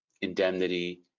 indemnity